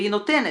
והיא נותנת,